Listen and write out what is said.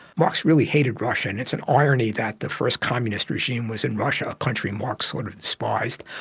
marx really hated russia, and it's an irony that the first communist regime was in russia, a country marx sort of despised.